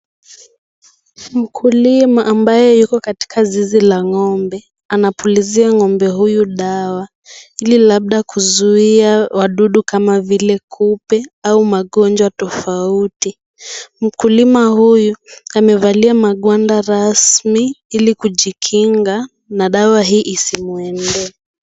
Mkulima ambaye yuko katika zizi la ng'ombe. Anapulizia ng'ombe huyu dawa Ili labda kuzuia wadudu kama vile kupe au magonjwa tofauti. Mkulima huyu amevalia makwanda rasmi Ili kujikinga na dawa hii isimuendee.